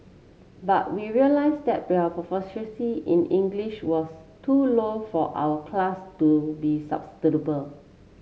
but we realised that their proficiency in English was too low for our class to be sustainable